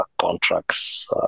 contracts